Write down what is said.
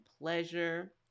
pleasure